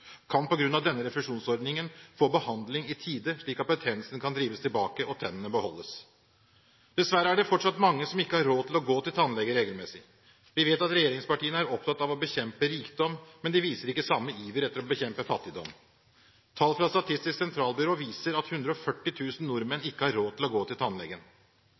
kan på grunn av denne refusjonsordningen få behandling i tide, slik at betennelsen kan drives tilbake og tennene beholdes. Dessverre er det fortsatt mange som ikke har råd til å gå til tannlege regelmessig. Vi vet at regjeringspartiene er opptatt av å bekjempe rikdom, men de viser ikke samme iver etter å bekjempe fattigdom. Tall fra Statistisk sentralbyrå viser at 140 000 nordmenn ikke har råd til å gå til tannlegen.